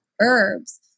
herbs